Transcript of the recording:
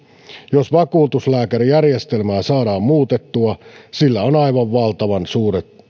jos vakuutuslääkärijärjestelmää saadaan muutettua sillä on aivan valtavan suuret